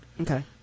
Okay